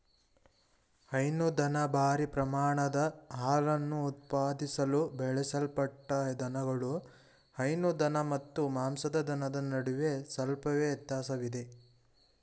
ಹೈನುದನ ಭಾರೀ ಪ್ರಮಾಣದ ಹಾಲನ್ನು ಉತ್ಪಾದಿಸಲು ಬೆಳೆಸಲ್ಪಟ್ಟ ದನಗಳು ಹೈನು ದನ ಮತ್ತು ಮಾಂಸದ ದನದ ನಡುವೆ ಸ್ವಲ್ಪವೇ ವ್ಯತ್ಯಾಸವಿದೆ